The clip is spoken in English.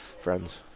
Friends